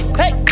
hey